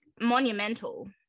monumental